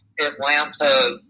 atlanta